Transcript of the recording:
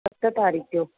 सत तारीख़ जो